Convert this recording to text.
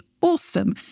awesome